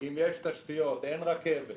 אם יש תשתיות, אין רכבת.